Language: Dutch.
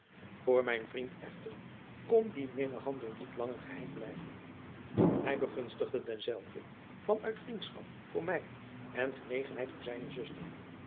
voor mijn vriend echter kon die minnehandel niet lang een geheim blijven hij begunstigde denzelvan uit vriendschap voor mij en genegenheid voor zijne zuster